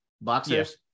Boxers